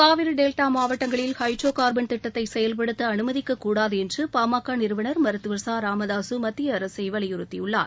Kaveri delta மாவட்டங்களில் hydrocarbon திட்டத்தை செயல்படுத்த அனுமதிக்கக்கூடாது என்று பாமக நிறுவனர் மருத்துவர் ச ராமதாசு மத்திய அரசை வலியுறுத்தியுள்ளார்